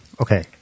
Okay